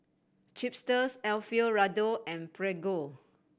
Chipster Alfio Raldo and Prego